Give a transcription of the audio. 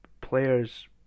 players